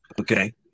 Okay